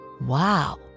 Wow